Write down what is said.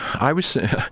i was sent yeah.